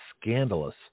scandalous